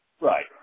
Right